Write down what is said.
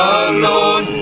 alone